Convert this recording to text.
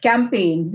Campaign